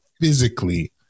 physically